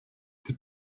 die